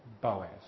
Boaz